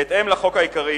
בהתאם לחוק העיקרי,